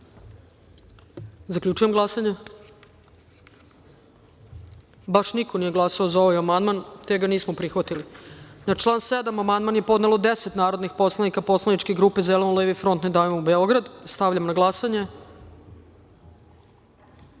glasanje. Zaključujem glasanje: baš niko nije glasao za ovaj amandman, te ga nismo prihvatili. Na član 7. amandman je podnelo deset narodnih poslanika poslaničke grupe Zeleno-levi front – Ne davimo Beograd. Stavljam na